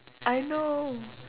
I know